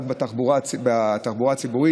רק בתחבורה הציבורית.